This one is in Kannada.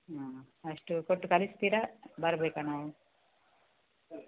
ಹಾಂ ಅಷ್ಟು ಕೊಟ್ಟು ಕಳಿಸ್ತೀರಾ ಬರಬೇಕಾ ನಾವು